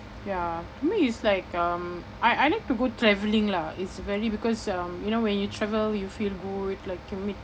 ya for me it's like um I I like to go travelling lah it's very because um you know when you travel you feel good like you meet